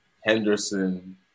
Henderson